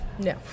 No